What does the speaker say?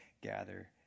gather